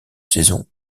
saison